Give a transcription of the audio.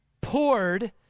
poured